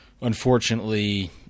unfortunately